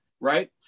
right